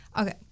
Okay